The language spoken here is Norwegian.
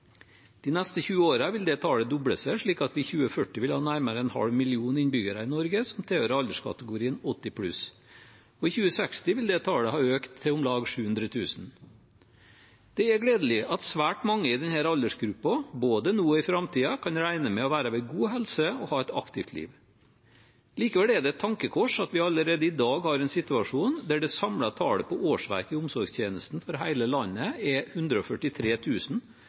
De neste 20 årene vil dette tallet doble seg, slik at vi i 2040 vil ha nærmere en halv million innbyggere i Norge som tilhører alderskategorien 80 pluss. I 2060 vil dette tallet ha økt til om lag 700 000. Det er gledelig at svært mange i denne aldersgruppen både nå og i framtiden kan regne med å være ved god helse og ha et aktivt liv. Likevel er det et tankekors at vi allerede i dag har en situasjon der det samlede tallet på årsverk i omsorgstjenesten for hele landet er